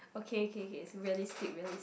okay okay okay it's realistic realistic